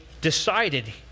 decided